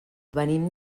venim